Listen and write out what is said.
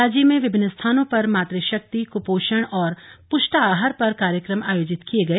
राज्य में विभिन्न स्थानों पर मातृ शक्ति कुपोषण और पुष्टाहार पर कार्यक्रम आयोजित किये गए